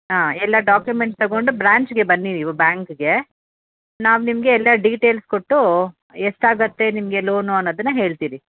ಹಾಂ ಎಲ್ಲ ಡಾಕ್ಯುಮೆಂಟ್ಸ್ ತೊಗೊಂಡು ಬ್ರ್ಯಾಂಚ್ಗೆ ಬನ್ನಿ ನೀವು ಬ್ಯಾಂಕ್ಗೆ ನಾವು ನಿಮಗೆ ಎಲ್ಲ ಡೀಟೇಲ್ಸ್ ಕೊಟ್ಟು ಎಷ್ಟಾಗುತ್ತೆ ನಿಮಗೆ ಲೋನು ಅನ್ನೋದನ್ನು ಹೇಳ್ತೀವಿ